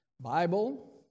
Bible